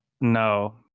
No